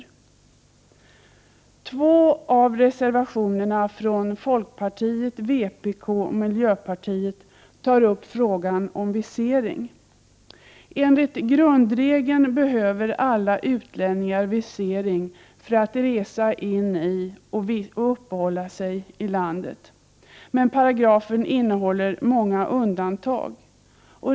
I två av reservationerna från folkpartiet, vpk och miljöpartiet tas frågan om visering upp. Enligt grundregeln behöver alla utlänningar visering för att resa in i landet och uppehålla sig där. Men paragrafen innehåller många undantag.